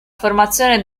formazione